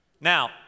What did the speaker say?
Now